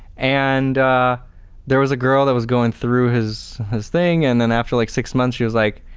and there was a girl that was going through his his thing and then after like six months she was like